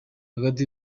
hagati